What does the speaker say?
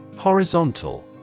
Horizontal